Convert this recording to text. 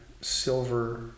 silver